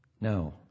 No